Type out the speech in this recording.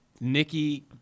Nikki